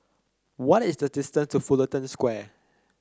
what is the distance to Fullerton Square